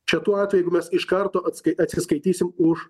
čia tuo atveju jeigu iš karto atskai atsiskaitysime už